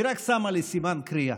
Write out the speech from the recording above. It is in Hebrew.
היא רק שמה לי סימן קריאה.